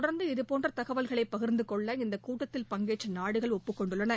தொடர்ந்து இதுபோன்ற தகவல்களை பகிர்ந்து கொள்ள இந்த கூட்டத்தில் பங்கேற்ற நாடுகள் ஒப்புக் கொண்டுள்ளன